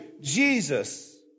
Jesus